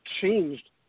changed